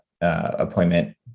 appointment